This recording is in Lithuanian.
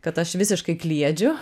kad aš visiškai kliedžiu